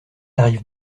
arrive